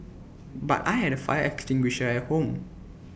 but I had A fire extinguisher at home